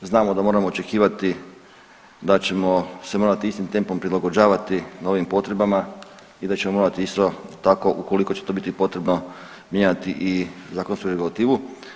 Znamo da moramo očekivati da ćemo se morati istim tempom prilagođavati novim potrebama i da ćemo morati isto tako ukoliko će to biti potrebno mijenjati i zakonsku regulativu.